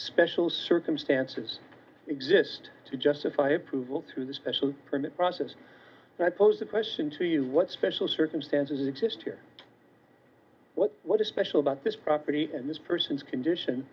special circumstances exist to justify approval to the special permit process that pose a question to you what special circumstances exist here what what is special about this property and this person's condition